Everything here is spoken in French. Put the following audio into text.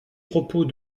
propos